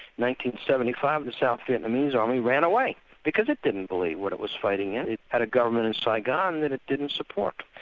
seventy five the south vietnamese army ran away because it didn't believe what it was fighting in. it had a government in saigon that it didn't support.